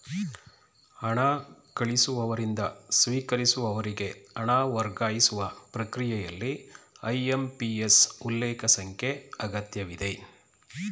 ಹಣ ಕಳಿಸುವವರಿಂದ ಸ್ವೀಕರಿಸುವವರಿಗೆ ಹಣ ವರ್ಗಾಯಿಸುವ ಪ್ರಕ್ರಿಯೆಯಲ್ಲಿ ಐ.ಎಂ.ಪಿ.ಎಸ್ ಉಲ್ಲೇಖ ಸಂಖ್ಯೆ ಅಗತ್ಯವಿದೆ